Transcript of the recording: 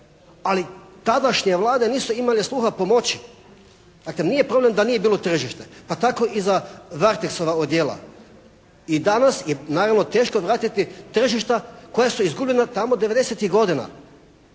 ali tadašnje vlade nisu imale sluha pomoći. Dakle nije problem da nije bilo tržište. Pa tako i za Varteksova odijela. I danas je naravno teško vratiti tržišta koja su izgubljena tamo devedesetih godina.